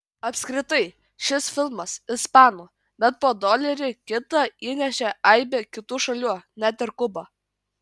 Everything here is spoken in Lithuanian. apskritai šis filmas ispanų bet po dolerį kitą įnešė aibė kitų šalių net ir kuba